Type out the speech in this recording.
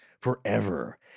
forever